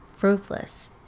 ruthless